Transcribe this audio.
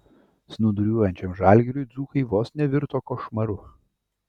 snūduriuojančiam žalgiriui dzūkai vos nevirto košmaru